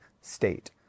state